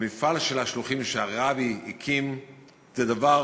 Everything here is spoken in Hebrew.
המפעל של השלוחים שהרבי הקים זה דבר